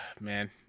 Man